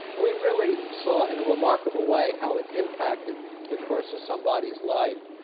and we really saw in a remarkable way how it impacted the course of somebody's life.